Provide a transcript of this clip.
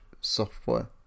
Software